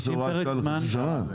מה, תעשה הוראת שעה לחצי שנה?